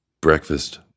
breakfast